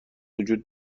وجود